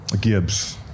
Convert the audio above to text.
Gibbs